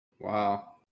Wow